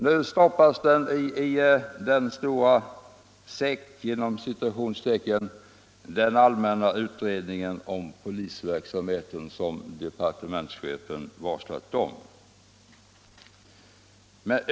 Nu stoppas den i den stora ”säck” som den allmänna utredningen om polisverksamheten som departementschefen varslat om utgör.